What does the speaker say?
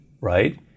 right